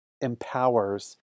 empowers